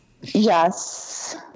Yes